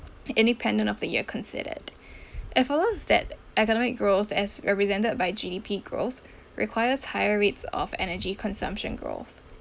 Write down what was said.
independent of the year considered it follows that economic growth as represented by G_D_P growth requires higher rates of energy consumption growth